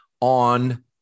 on